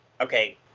okay